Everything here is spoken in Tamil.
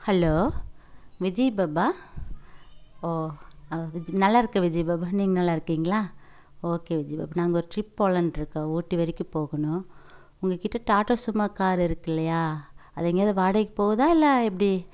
ஹலோ விஜி பப்பா ஓ அவ் விஜி நல்லாயிருக்கேன் விஜி பாபா நீங்கள் நல்லாயிருக்கீங்களா ஓகே விஜி பப் நாங்கள் ஒரு டிரிப் போலான்ட்டிருக்கோம் ஊட்டி வரைக்கும் போகணும் உங்கள்கிட்ட டாட்டா சுமோ கார் இருக்கில்லையா அது எங்கேயாவது வாடகைக்கு போகுதா இல்லை எப்படி